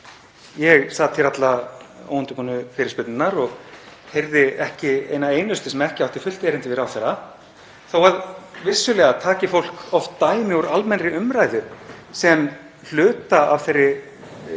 Ég sat hér alla óundirbúnu fyrirspurnirnar og heyrði ekki eina einustu sem ekki átti fullt erindi við ráðherra þó að vissulega taki fólk oft dæmi úr almennri umræðu sem hluta af þeirri